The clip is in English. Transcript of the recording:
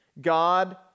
God